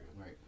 Right